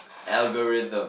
algorithm